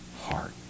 heart